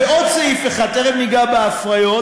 ועוד סעיף אחד, תכף ניגע בהפריות,